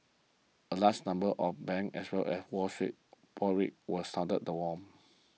a lase number of bank as well as Wall Street was sounded the alarm